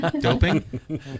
doping